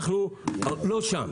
אנחנו לא שם.